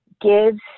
gives